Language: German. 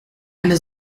eine